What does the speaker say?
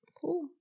Cool